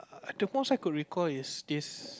err the most I could recall is this